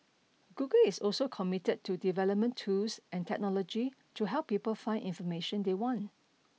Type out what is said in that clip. Google is also committed to development tools and technology to help people find information they want